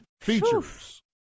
features